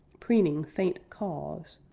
preening faint caws,